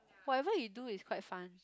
whatever you do is quite fun